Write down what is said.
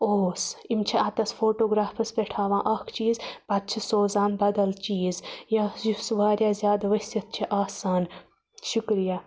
اوس یِم چھِ اَتس فوٹوگرافَس پٮ۪ٹھ ہاوان اکھ چیٖز پَتہٕ چھِ سوزان بَدَل چیٖز یُس واریاہ زیادٕ ؤسِتھ چھُ آسان شُکریہ